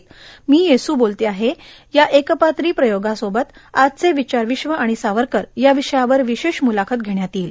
मी वेसू बोलते आहे या एकपात्री प्रयोगासोबत आजचे विचार विश्व आणि सावरकर या विषयावर वित्रेष मुलाखत घेण्यात येईल